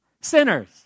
Sinners